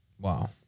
Wow